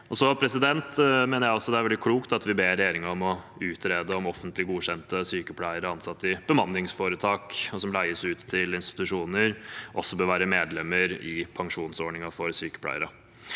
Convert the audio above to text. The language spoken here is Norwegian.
her. Så mener jeg også det er veldig klokt at vi ber regjeringen om å utrede om offentlig godkjente sykepleiere som er ansatt i bemanningsforetak, og som leies ut til institusjoner, også bør være medlemmer i pensjonsordningen for sykepleiere.